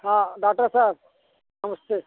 हाँ डॉक्टर साहब नमस्ते